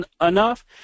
enough